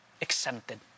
exempted